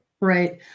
right